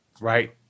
Right